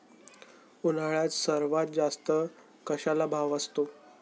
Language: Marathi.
उन्हाळ्यात सर्वात जास्त कशाला भाव असतो?